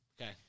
Okay